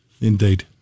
Indeed